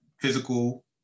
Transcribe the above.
physical